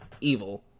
evil